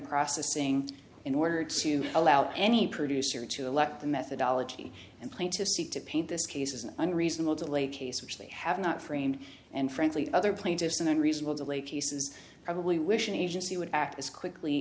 processing in order to allow any producer to elect the methodology and plan to seek to paint this case as an unreasonable delay case which they have not framed and frankly other plaintiffs in unreasonable delay cases probably wish an agency would act as quickly